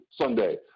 Sunday